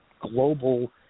global